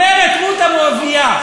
אומרת רות המואבייה: